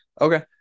Okay